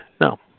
No